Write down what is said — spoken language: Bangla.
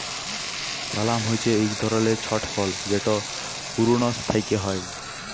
পালাম হছে ইক ধরলের ছট ফল যেট পূরুনস পাক্যে হয়